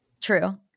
True